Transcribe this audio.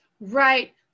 right